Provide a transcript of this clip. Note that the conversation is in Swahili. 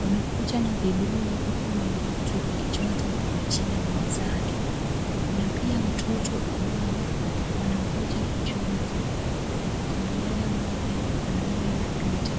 Wamekuja na vibuyu huku mtu akichota na kuachia mwenzake. Kuna pia watoto ambao wanangoja kuchota, huku kando yake naye mwanaume anapita.